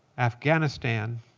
afghanistan,